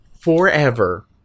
forever